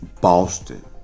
Boston